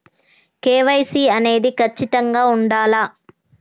KYC అనేది ఖచ్చితంగా ఉండాలా?